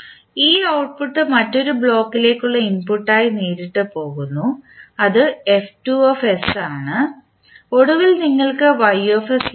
ഈ ഔട്ട്പുട്ട് മറ്റൊരു ബ്ലോക്കിലേക്കുള്ള ഇൻപുട്ടായി നേരിട്ട് പോകുന്നു അത് ആണ് ഒടുവിൽ നിങ്ങൾക്ക് ലഭിക്കും